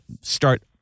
start